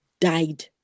died